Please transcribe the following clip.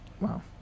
wow